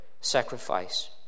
sacrifice